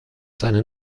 seine